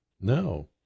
No